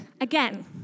again